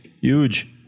Huge